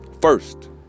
First